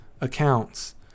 accounts